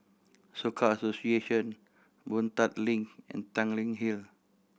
Soka Association Boon Tat Link and Tanglin Hill